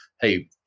hey